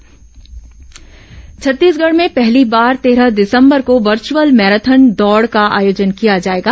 virtual marathon Chhattisgarh में पहली बार तेरह दिसंबर को वर्चुअल मैराथन दौड़ का आयोजन किया जाएगा